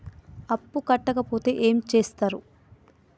అప్పు కట్టకపోతే ఏమి చేత్తరు?